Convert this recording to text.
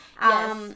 Yes